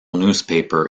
newspaper